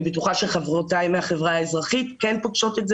אני בטוחה שחברותיי מהחברה האזרחית פוגשות את זה